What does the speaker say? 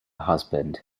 husband